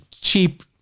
cheap